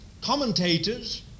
commentators